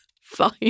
Fine